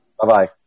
bye-bye